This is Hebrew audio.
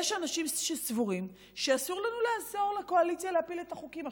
יש אנשים שסבורים שאסור לנו לעזור לקואליציה להעביר את החוקים.